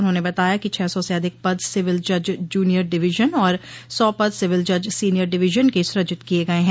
उन्होंने बताया कि छह सौ से अधिक पद सिविल जज जूनियर डिवीजन और सौ पद सिविल जज सीनियर डिवीजन के सूजित किये गये हैं